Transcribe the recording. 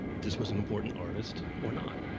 this was an important artist or not?